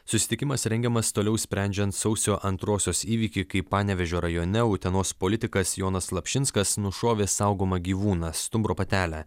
susitikimas rengiamas toliau sprendžiant sausio antrosios įvykį kai panevėžio rajone utenos politikas jonas slapšinskas nušovė saugomą gyvūną stumbro patelę